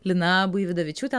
lina buividavičiūtė